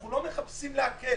אנחנו לא מחפשים להקל.